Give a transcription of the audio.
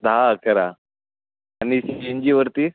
दहा अकरा आणि सी एन जीवरती